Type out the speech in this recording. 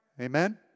Amen